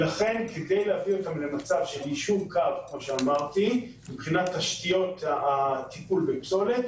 כדי להביא אותן ליישור קו מבחינת תשתיות הטיפול בפסולת,